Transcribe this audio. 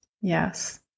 Yes